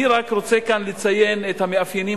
אני רק רוצה כאן לציין את המאפיינים